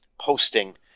posting